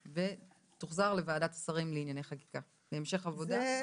ותוחזר לוועדת השרים לענייני חקיקה להמשך עבודה.